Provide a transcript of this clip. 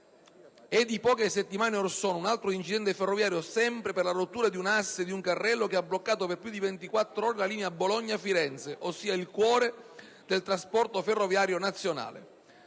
a poche settimane or sono un altro incidente ferroviario, dovuto sempre alla rottura di un asse di un carrello, che ha bloccato per più di 24 ore la linea Bologna-Firenze, ossia il cuore del trasporto ferroviario nazionale.